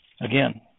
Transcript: Again